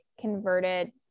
converted